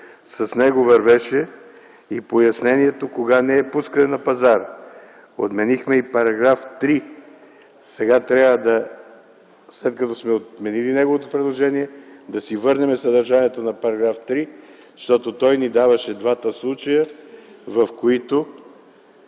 с него вървеше и кога не е пускане на пазара, отменихме и § 3. Сега трябва, след като сме отменили неговото предложение, да си върнем съдържанието на § 3, защото той ни даваше двата случая, в които